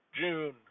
June